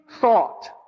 thought